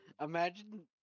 Imagine